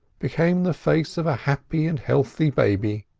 became the face of a happy and healthy baby.